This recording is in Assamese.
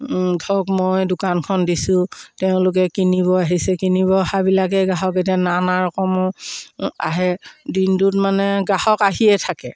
ধৰক মই দোকানখন দিছোঁ তেওঁলোকে কিনিব আহিছে কিনিব অহাবিলাকে গ্ৰাহক এতিয়া নানা ৰকমৰ আহে দিনটোত মানে গ্ৰাহক আহিয়ে থাকে